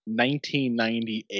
1998